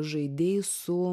žaidei su